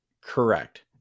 Correct